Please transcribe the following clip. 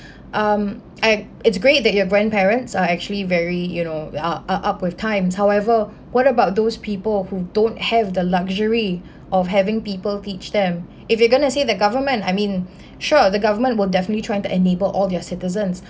um act~ it's great that your grandparents are actually very you know well are up with times however what about those people who don't have the luxury of having people teach them if you gonna say the government I mean sure the government will definitely trying to enable all their citizens